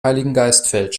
heiligengeistfeld